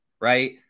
right